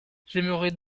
j’aimerais